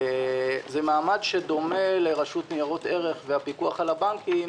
זה מעמד שדומה לרשות ניירות ערך ולפיקוח על הבנקים,